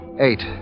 Eight